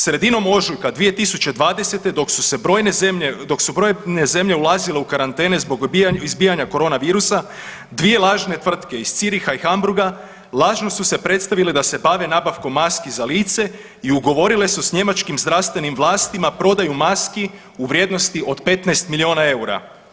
Sredinom ožujka 2020. dok su brojne zemlje ulazile u karantene zbog izbijanja koronavirusa, dvije lažne tvrtke iz Züricha i Hamburga lažno su se predstavile da se bave nabavkom maski za lice i ugovorile su njemačkim zdravstvenim vlastima prodaju maski u vrijednosti od 15 milijuna eura.